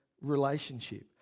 relationship